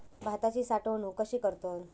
भाताची साठवूनक कशी करतत?